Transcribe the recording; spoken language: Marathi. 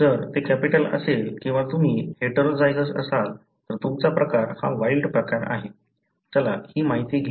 जर ते कॅपिटल असेल किंवा तुम्ही हेटेरोझायगस असाल तर तुमचा प्रकार हा वाइल्ड प्रकार आहे चला ही माहिती घेऊ